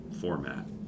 format